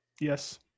Yes